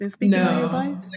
no